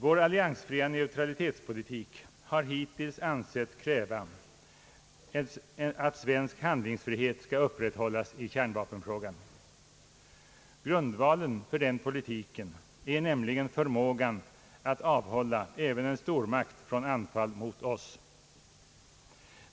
Vår alliansfria neutralitetspolitik har hittills ansetts kräva att svensk handlingsfrihet skall upprätthållas i kärnvapenfrågan, Grundvalen för den politiken är nämligen förmågan att avhålla även en stormakt från anfall mot oss.